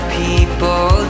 people